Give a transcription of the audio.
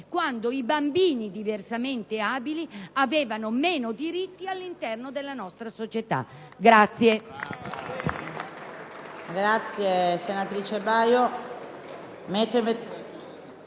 quando i bambini diversamente abili avevano meno diritti all'interno della nostra società.